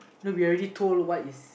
we're already told what is